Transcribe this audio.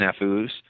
snafus